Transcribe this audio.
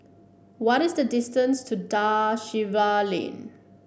what is the distance to Da Silva Lane